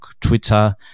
Twitter